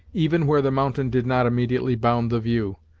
even where the mountain did not immediately bound the view,